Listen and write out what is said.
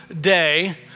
day